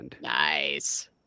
Nice